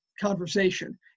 conversation